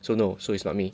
so no so it's not me